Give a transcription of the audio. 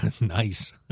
Nice